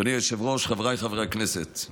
אדוני היושב-ראש, חבריי חברי הכנסת,